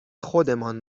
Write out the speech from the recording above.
خودمان